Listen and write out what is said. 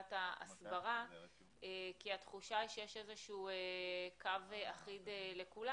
סוגיית ההסברה כי התחושה היא שיש איזה שהוא קו אחיד לכולם.